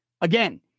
Again